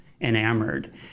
enamored